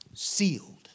Sealed